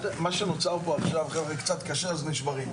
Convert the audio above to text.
מה שנוצר פה עכשיו, חבר'ה, קצת קשה אז נשברים.